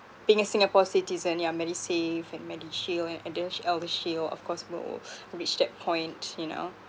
being a singapore citizen yeah medisave and medishield and and then eldershield of course will reach that point you know